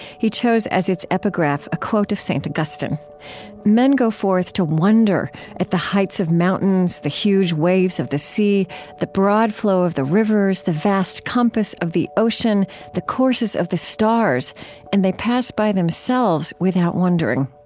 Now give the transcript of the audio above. he chose as its epigraph a quote of st. augustine men go forth to wonder at the heights of mountains the huge waves of the sea the broad flow of the rivers the vast compass of the ocean the courses of the stars and they pass by themselves without wondering.